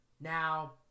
Now